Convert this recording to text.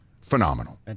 phenomenal